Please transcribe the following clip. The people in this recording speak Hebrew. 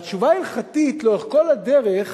והתשובה ההלכתית לאורך כל הדרך